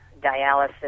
dialysis